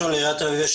בעיריית תל אביב יש